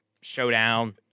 Showdown